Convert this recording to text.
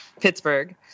Pittsburgh